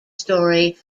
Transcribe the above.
story